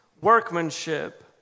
workmanship